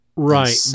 Right